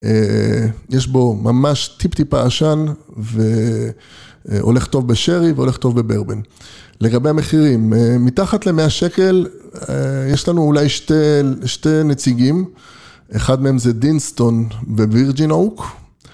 יש בו ממש טיפ-טיפה עשן והולך טוב בשרי והולך טוב בברבן. לגבי המחירים, מתחת למאה שקל יש לנו אולי שתי נציגים, אחד מהם זה דינסטון ווירג'ין אורק.